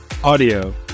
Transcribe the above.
Audio